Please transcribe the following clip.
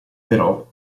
però